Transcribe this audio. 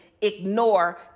ignore